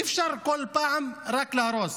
אי-אפשר כל פעם רק להרוס.